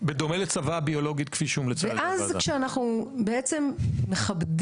הוא לא יהיה יתום צה"ל במובן זה שהוא לא יהיה זכאי